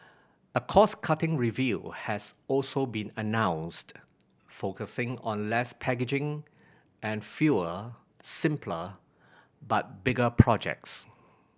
a cost cutting review has also been announced focusing on less packaging and fewer simpler but bigger projects